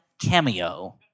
cameo